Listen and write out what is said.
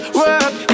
work